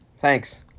Thanks